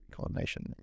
Coordination